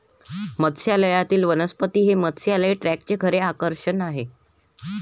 मत्स्यालयातील वनस्पती हे मत्स्यालय टँकचे खरे आकर्षण आहे